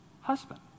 husband